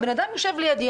הבן-אדם יושב לידי,